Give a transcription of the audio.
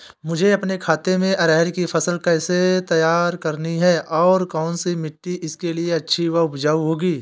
मुझे अपने खेत में अरहर की फसल तैयार करनी है और कौन सी मिट्टी इसके लिए अच्छी व उपजाऊ होगी?